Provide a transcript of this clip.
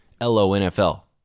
L-O-N-F-L